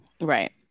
Right